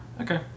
Okay